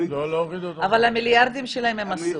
אבל את המיליארדים שלהם הם עשו.